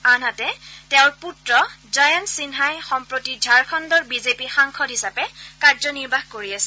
আনহাতে তেওঁৰ পুত্ৰ জয়ন্ত সিন্হাই সম্প্ৰতি ঝাৰখণ্ডৰ বিজেপি সাংসদ হিচাপে কাৰ্যনিৰ্বাহ কৰি আছে